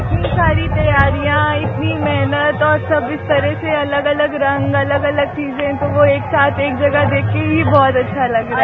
इतनी सारी तैयारियां इतनी मेहनत और सब इस तरह से अलग अलग रंग अलग अलग चींजे तो वो एक साथ एक जगह देख के ही बहुत अच्छा लग रहा है